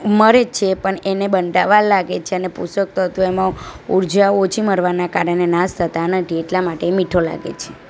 મળે જ છે પણ એને બનતાં વાર લાગે છે અને પોષક તત્વો એમાં ઉર્જા ઓછી મળવાના કારણે નાશ થતા નથી એટલા માટે એ મીઠો લાગે છે